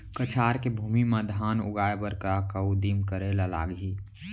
कछार के भूमि मा धान उगाए बर का का उदिम करे ला लागही?